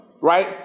right